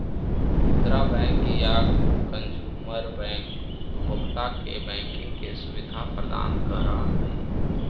खुदरा बैंक या consumer bank उपभोक्ता के बैंकिंग के सुविधा प्रदान करऽ हइ